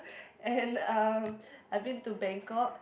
and um I've been to Bangkok